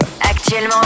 Actuellement